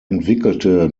entwickelte